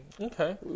Okay